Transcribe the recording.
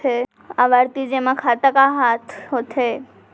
आवर्ती जेमा खाता का होथे?